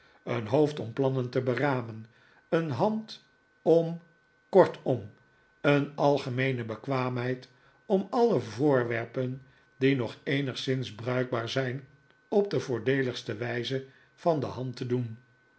een hoofd om plannen te beramen een hand om kortom een algemeene bekwaamheid om alle voorwerpen die nog eenigszins bruikbaar zijn op de voordeeligste wijze van de hand te doen